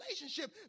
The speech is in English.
relationship